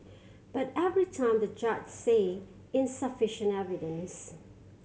but every time the judge say insufficient evidence